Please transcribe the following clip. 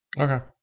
Okay